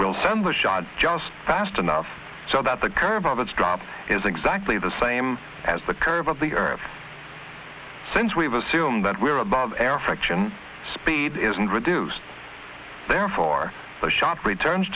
we'll send a shot just fast enough so that the curve of its drop is exactly the same as the curve of the earth since we've assumed that we are above air friction speed isn't reduced therefore the shop returns